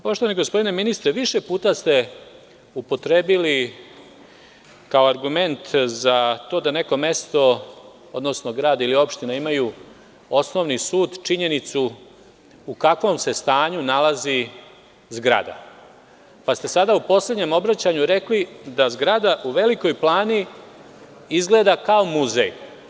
Poštovani gospodine ministre, više puta ste upotrebili kao argument to da neko mesto, odnosno grad ili opština imaju osnovni sud, činjenicu u kakvom se stanju nalazi zgrada, pa ste sada u poslednjem obraćanju rekli da zgrada u Velikoj Plani, izgleda kao muzej.